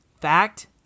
fact